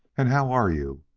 and how are you?